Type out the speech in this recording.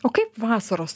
o kaip vasaros